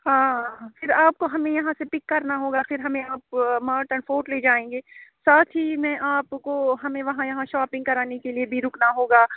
ہاں پھر آپ کو ہمیں سے پک کرنا ہوگا پھر ہمیں آپ مارٹن فورٹ لے جائیں گے ساتھ ہی میں آپ کو ہمیں وہاں یہاں شاپنگ کرانے کے لیے بھی رکنا ہوگا